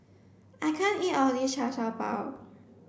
I can't eat all of this Char Siew Bao